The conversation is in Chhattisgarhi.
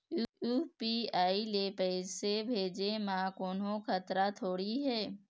यू.पी.आई ले पैसे भेजे म कोन्हो खतरा थोड़ी हे?